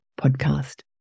podcast